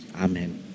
Amen